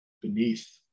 beneath